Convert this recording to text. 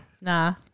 Nah